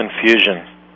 confusion